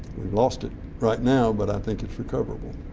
we've lost it right now, but i think it's recoverable.